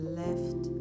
left